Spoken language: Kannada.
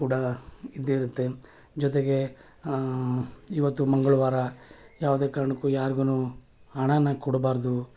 ಕೂಡ ಇದ್ದೇ ಇರುತ್ತೆ ಜೊತೆಗೆ ಇವತ್ತು ಮಂಗಳವಾರ ಯಾವುದೇ ಕಾರಣಕ್ಕೂ ಯಾರಿಗೂ ಹಣನ ಕೊಡಬಾರ್ದು